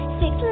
six